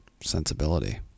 sensibility